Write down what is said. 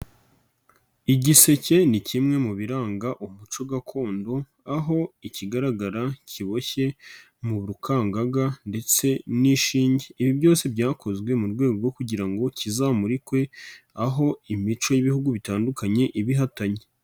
Igiseke ni kimwe mu biranga umuco gakondo, aho ikigaragara, kiboshye mu rukangaga ndetse n'ishinge. Ibi byose byakozwe mu rwego rwo kugira ngo kizamurikwe, aho imico y'ibihugu bitandukanye iba ihatanye.